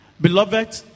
Beloved